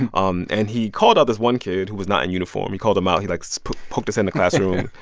and um and he called out this one kid who was not in uniform. he called him out. he, like, so poked his head in the classroom,